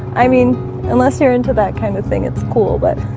i mean unless you're into that kind of thing. it's cool, but